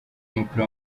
w’umupira